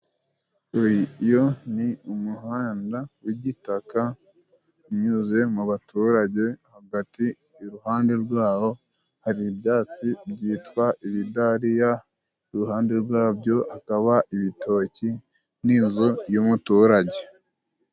Uwo ni umuhanda w'igitaka unyuze mu baturage hagati, iruhande rwawo hari ibyatsi byitwa ibidariya, iruhande rwabyo hakaba ibitoki n'inzu y'umuturage.